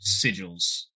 sigils